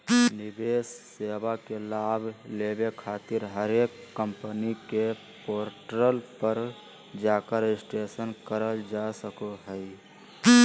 निवेश सेवा के लाभ लेबे खातिर हरेक कम्पनी के पोर्टल पर जाकर रजिस्ट्रेशन करल जा सको हय